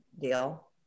deal